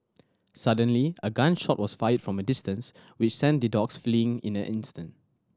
suddenly a gun shot was fired from a distance which sent the dogs fleeing in an instant